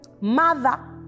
mother